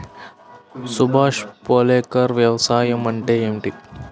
సుభాష్ పాలేకర్ వ్యవసాయం అంటే ఏమిటీ?